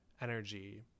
energy